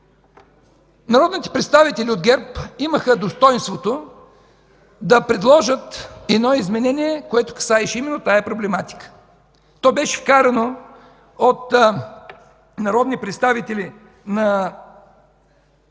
народните представители от ГЕРБ имаха достойнството да предложат едно изменение, което касаеше именно тази проблематика. То беше вкарано от народни представители на ГЕРБ